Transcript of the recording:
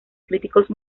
críticos